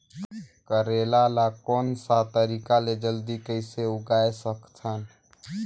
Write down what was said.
करेला ला कोन सा तरीका ले जल्दी कइसे उगाय सकथन?